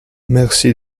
merci